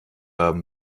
haben